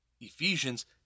Ephesians